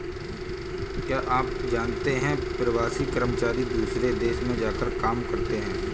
क्या आप जानते है प्रवासी कर्मचारी दूसरे देश में जाकर काम करते है?